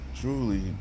truly